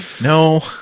No